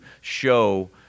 show